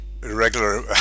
regular